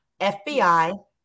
FBI